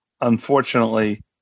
unfortunately